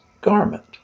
garment